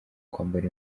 kwambara